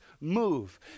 move